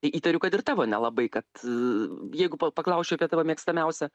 įtariu kad ir tavo nelabai kad jeigu paklausčiau apie tavo mėgstamiausią